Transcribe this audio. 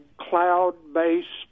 cloud-based